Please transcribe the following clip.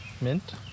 Mint